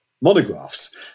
monographs